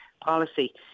policy